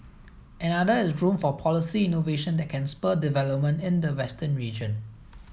another is room for policy innovation that can spur development in the western region